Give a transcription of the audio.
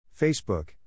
Facebook